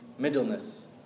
Middleness